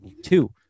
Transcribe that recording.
Two